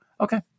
Okay